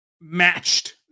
matched